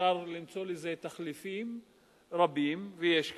אפשר למצוא לזה תחליפים רבים, ויש כאלה,